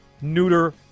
neuter